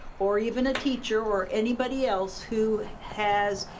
or even a teacher or anybody else who has,